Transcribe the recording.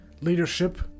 leadership